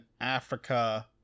africa